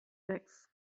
sechs